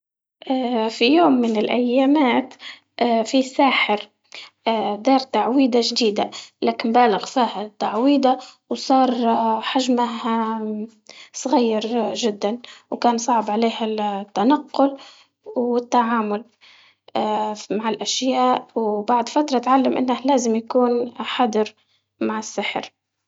اه في يوم من الأيامات اه في ساحر اه دار تعويضة جديدة لكن بالغ فيها التعويضة وصار اه حجمها صغير جداً، وكان صعب عليه التنقل والتعامل اه مع وبعد فترة تعلم أنه لازم يكون حاضر مع السحر.